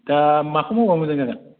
दा माखौ मावबा मोजां जागोन